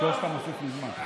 תזכור שאתה מוסיף לי זמן.